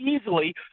easily